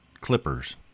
clippers